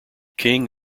king